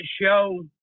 show